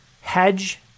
hedge